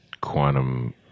quantum